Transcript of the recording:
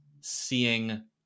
seeing